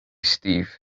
steve